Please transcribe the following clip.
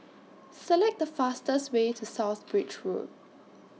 Select The fastest Way to South Bridge Road